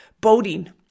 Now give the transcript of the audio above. boating